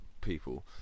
people